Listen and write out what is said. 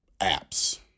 apps